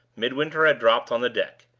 midwinter had dropped on the deck.